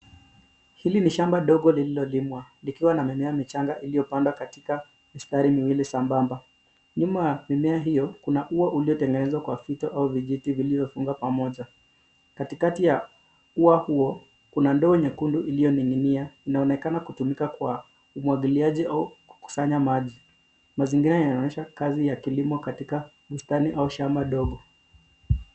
Hili ni shamba ndogo lililolimwa likwa na mimea michanga iliopadwa katika mistari miwili sambamba. Nyuma ya mimea hiyo kuna uwa uliyotegenezwa kwa fito au vijiti vilivyofugwa pamoja. Katikati ya uwa huo kuna doo nyekundu iliyoninginia inaonekana kutumika kwa umwagiliaji au kukusanya maji. Mazingira inaonyesha kazi ya kilimo katika bustani au shamba ndogo.